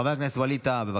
חבר הכנסת ווליד טאהא, בבקשה.